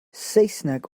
saesneg